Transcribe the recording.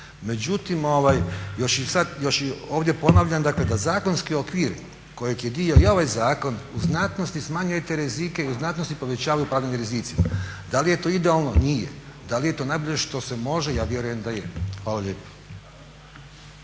Međutim, još i ovdje ponavljam da zakonski okvir kojeg je dio i ovaj zakon u znatnosti smanjuje te rizike i u znatnosti povećava upravljanje rizicima. Da li je to idealno, nije. Da li je to najbolje što se može, ja vjerujem da je. Hvala lijepo.